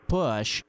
push